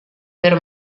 per